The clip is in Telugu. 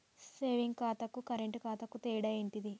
సేవింగ్ ఖాతాకు కరెంట్ ఖాతాకు తేడా ఏంటిది?